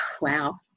Wow